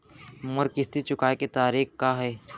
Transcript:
मोर किस्ती चुकोय के तारीक का हे?